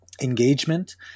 engagement